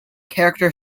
character